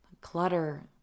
Clutter